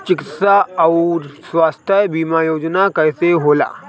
चिकित्सा आऊर स्वास्थ्य बीमा योजना कैसे होला?